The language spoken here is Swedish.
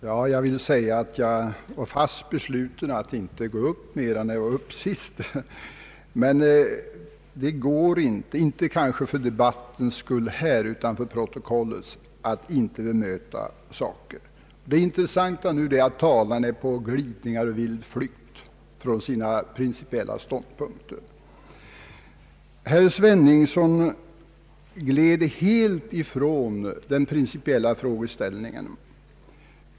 Herr talman! Efter mitt senaste inlägg var jag fast besluten att inte mera gå upp i talarstolen i denna debatt, men jag kan inte underlåta — kanske inte så mycket för debattens skull här i kammaren som för protokollets — att bemöta en del saker. Det intressanta är att talarna nu är på glidning för att inte säga vild flykt från sina principiella ståndpunkter. Herr Sveningsson gled helt ifrån den principiella frågeställningen.